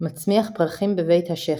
מצמיח פרחים בבית השחי.